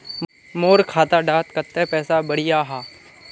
मोर खाता डात कत्ते पैसा बढ़ियाहा?